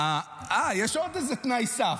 אה, יש עוד איזה תנאי סף,